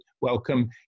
welcome